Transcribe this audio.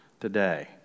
today